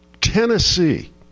Tennessee